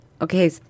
Okay